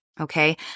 Okay